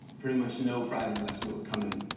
pretty much no private investment would come in.